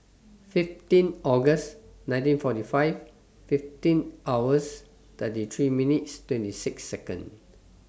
fifteen August nineteen forty five fifteen hours thirty three minutes twenty six Second